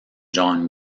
john